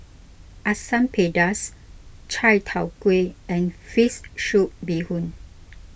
Asam Pedas Chai Tow Kuay and Fish Soup Bee Hoon